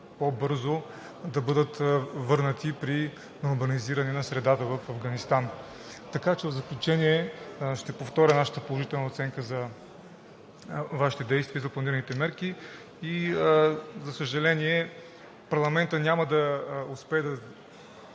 по-бързо да бъдат върнати при нормализиране на средата в Афганистан. В заключение ще повторя нашата положителна оценка за Вашите действия, за планираните мерки. За съжаление, парламентът няма да успее да